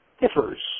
differs